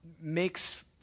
makes